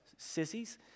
Sissies